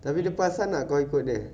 tapi dia perasan tak kau ikut dia